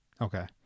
Okay